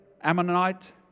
Ammonite